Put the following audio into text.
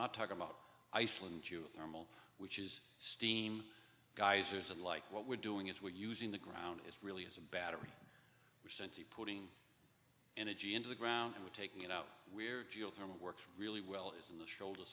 not talking about iceland you thermal which is steam geysers unlike what we're doing is we're using the ground is really as a battery we sensi putting energy into the ground and we're taking it out we're geothermal works really well is in the shoulder